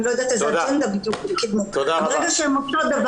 ואני לא יודעת איזו אג'נדה בדיוק הן רוצות לקדם ברגע שהן עושות זאת,